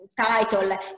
title